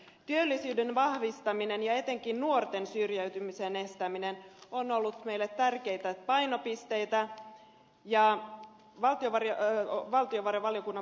työllisyyden vahvistaminen ja etenkin nuorten syrjäytymisen estäminen ovat olleet meille tärkeitä painopisteitä valtiovarainvaliokunnan budjettilisäyksissä